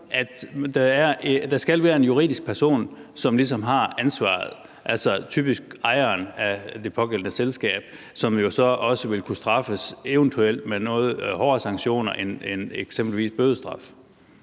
der skal være en juridisk person, som har ansvaret, altså typisk ejeren af det pågældende selskab, som jo så også vil kunne straffes, eventuelt med noget hårdere sanktioner end eksempelvis